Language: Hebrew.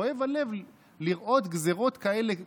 כואב הלב לראות גזרות כאלה פוגעות,